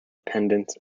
pendant